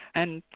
and